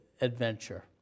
adventure